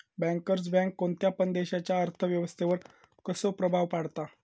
Bankers bank कोणत्या पण देशाच्या अर्थ व्यवस्थेवर कसो प्रभाव पाडता?